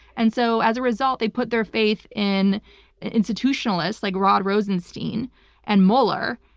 and so as a result, they put their faith in institutionalists like rod rosenstein and mueller,